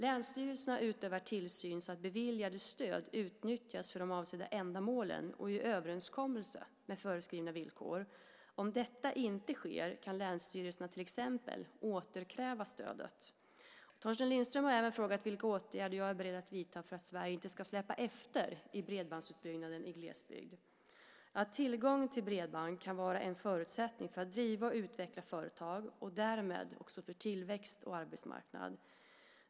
Länsstyrelserna utövar tillsyn så att beviljade stöd utnyttjas för de avsedda ändamålen och i överensstämmelse med föreskrivna villkor. Om detta inte sker kan länsstyrelserna till exempel återkräva stödet. Torsten Lindström har även frågat vilka åtgärder jag är beredd att vidta för att Sverige inte ska släpa efter i bredbandsutbyggnaden i glesbygden. Tillgång till bredband kan vara en förutsättning för att driva och utveckla företag och därmed också för tillväxt och arbetsmarknad.